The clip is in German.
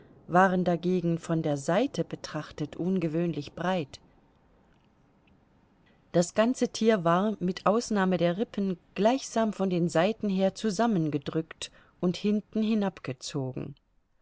waren dagegen von der seite betrachtet ungewöhnlich breit das ganze tier war mit ausnahme der rippen gleichsam von den seiten her zusammengedrückt und hinten hinabgezogen